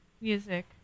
music